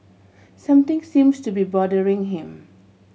something seems to be bothering him